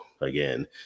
again